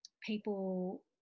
people